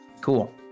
Cool